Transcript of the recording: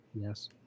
Yes